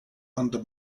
under